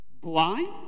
blind